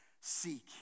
seek